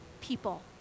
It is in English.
people